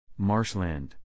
marshland